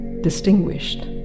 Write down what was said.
distinguished